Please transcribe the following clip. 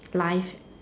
live